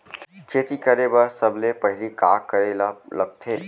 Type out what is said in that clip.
खेती करे बर सबले पहिली का करे ला लगथे?